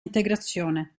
integrazione